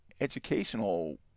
educational